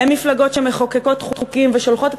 הן מפלגות שמחוקקות חוקים ושולחות את